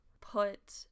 put